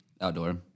Outdoor